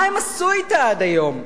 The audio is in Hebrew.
מה הם עשו אתה עד היום?